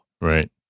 Right